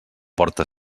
porta